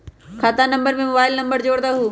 खाता में mobile number जोड़ दहु?